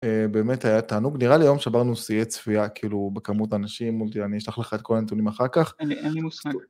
אההה, באמת היה תענוג, נראה לי היום שברנו שיאי צפייה כאילו בכמות אנשים, מוטי, אני אשלח לך את כל הנתונים אחר כך. אין לי אין לי מושג.